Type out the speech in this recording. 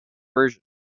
version